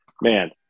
man